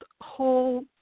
whole